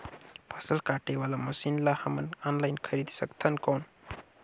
फसल काटे वाला मशीन ला हमन ऑनलाइन खरीद सकथन कौन?